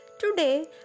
Today